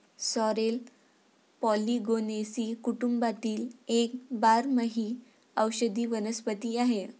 sorrel पॉलिगोनेसी कुटुंबातील एक बारमाही औषधी वनस्पती आहे